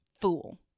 Fool